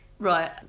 Right